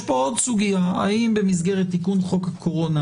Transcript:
יש פה עוד סוגיה, האם במסגרת תיקון חוק הקורונה